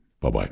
Bye-bye